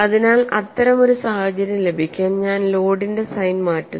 അതിനാൽ അത്തരം ഒരു സാഹചര്യം ലഭിക്കാൻ ഞാൻ ലോഡിന്റെ സൈൻ മാറ്റുന്നു